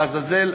לעזאזל,